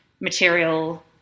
material